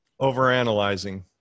Overanalyzing